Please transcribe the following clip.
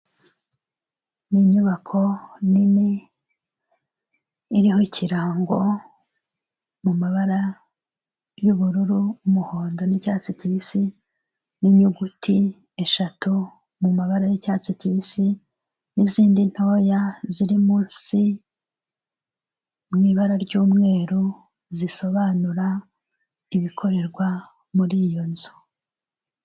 Ni inyubako nini iriho ikirango mu mabara y'ubururu, umuhondo n'icyatsi kibisi, n'inyuguti eshatu mu mabara y'icyatsi kibisi, n'izindi ntoya ziri munsi mu ibara ry'umweru zisobanura ibikorerwa muri iyo nzu.